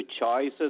choices